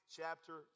chapter